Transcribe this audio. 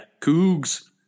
Cougs